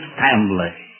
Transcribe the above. family